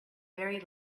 very